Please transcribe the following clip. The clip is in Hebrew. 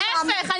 להיפך.